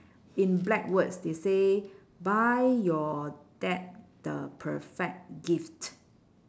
in black words they say buy your dad the perfect gift